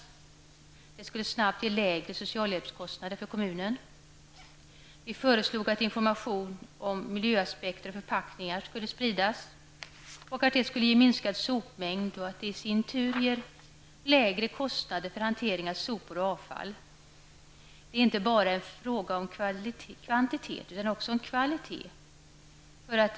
Därigenom skulle det snabbt kunna bli lägre socialhjälpskostnader för kommunen. Vi föreslog också att information om miljöaspekter och förpackningar skulle spridas -- något som resulterar i en minskad sopmängd, och detta i sin tur gör att det blir lägre kostnader för hanteringen av sopor och avfall. Det är alltså inte bara fråga om kvantiteten, utan det är också fråga om kvaliteten.